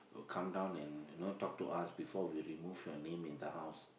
come down and you know talk to us before we remove your name in the house